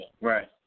Right